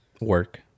work